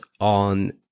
on